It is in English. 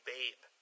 Babe